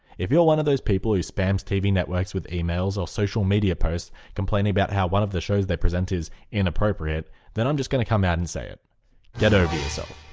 if you're one of those people who spams spams tv networks with emails or social media posts complaining about how one of the shows they present is inappropriate then i'm just gonna come out and say it get over yourself.